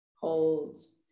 holds